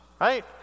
right